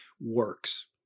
works